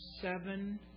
seven